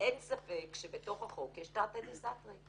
אין ספק שבתוך החוק יש תרתי דסתרי.